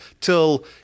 till